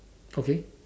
okay